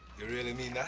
you really mean that?